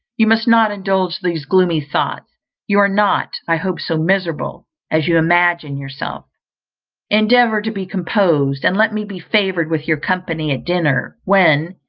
you must not indulge these gloomy thoughts you are not i hope so miserable as you imagine yourself endeavour to be composed, and let me be favoured with your company at dinner, when,